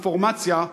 אינפורמציה,